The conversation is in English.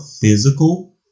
physical